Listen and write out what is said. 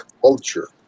culture